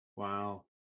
Wow